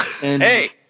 Hey